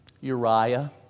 Uriah